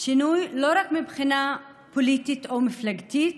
שינוי לא רק מבחינה פוליטית או מפלגתית,